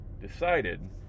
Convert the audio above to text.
Decided